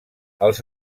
els